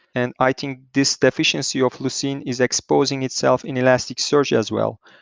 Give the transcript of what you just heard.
and i think this deficiency of lucene is exposing itself in elasticsearch as well.